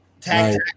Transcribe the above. Tag